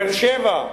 באר-שבע,